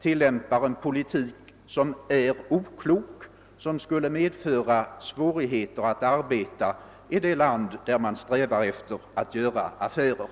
tillämpar en politik som är oklok och som skulle medföra svårigheter att arbeta i det land där de strävar efter att göra affärer.